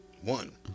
one